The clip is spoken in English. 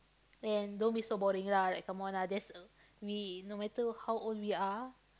and don't be so boring lah like come on lah just we no matter how old we are